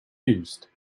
used